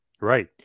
Right